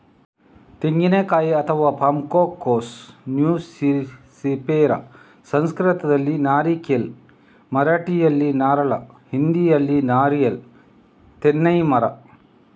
ತೆಂಗಿನಕಾಯಿ ಅಥವಾ ಪಾಮ್ಕೋಕೋಸ್ ನ್ಯೂಸಿಫೆರಾ ಸಂಸ್ಕೃತದಲ್ಲಿ ನಾರಿಕೇಲ್, ಮರಾಠಿಯಲ್ಲಿ ನಾರಳ, ಹಿಂದಿಯಲ್ಲಿ ನಾರಿಯಲ್ ತೆನ್ನೈ ಮರ